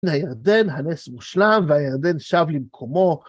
והירדן הנס מושלם והירדן שב למקומו.